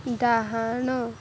ଡାହାଣ